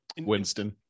Winston